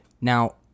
Now